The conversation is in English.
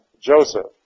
Joseph